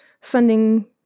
funding